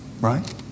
Right